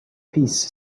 piece